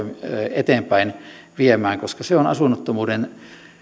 eteenpäin viemään koska se on asunnottomuuden